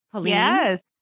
yes